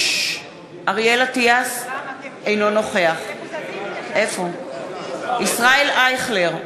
אינו נוכח ישראל אייכלר,